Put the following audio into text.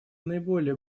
наиболее